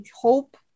hope